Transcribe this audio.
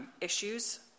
issues